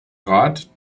rat